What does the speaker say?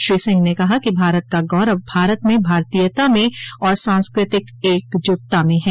श्री सिंह ने कहा कि भारत का गौरव भारत में भारतीयता में और सांस्कृतिक एकजुटता में है